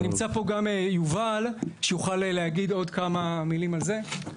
ונמצא פה גם יובל שיוכל להגיד עוד כמה מילים על זה.